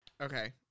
Okay